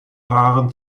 paaren